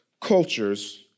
cultures